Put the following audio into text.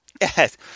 Yes